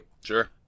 Sure